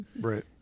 Right